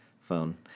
phone